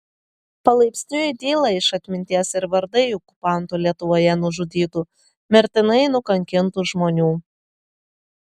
palaipsniui dyla iš atminties ir vardai okupantų lietuvoje nužudytų mirtinai nukankintų žmonių